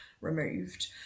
removed